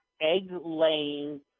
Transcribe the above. egg-laying